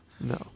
No